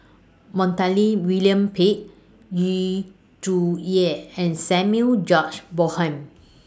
Montague William Pett Yu Zhuye and Samuel George Bonham